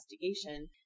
investigation